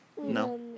No